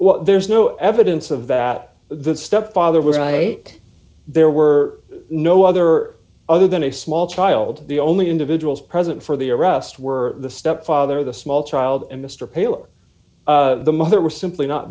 what there's no evidence of that the stepfather was right there were no other other than a small child the only individuals present for the arrest were the stepfather the small child and mr paler the mother was simply not